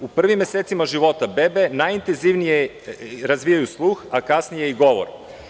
U prvim mesecima života bebe najintenzivnije razvijaju sluh, a kasnije i govor.